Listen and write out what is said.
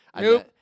No